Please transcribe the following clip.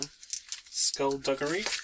Skullduggery